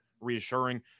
reassuring